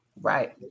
right